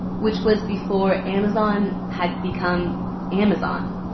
which was before amazon had become amazon.